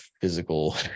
physical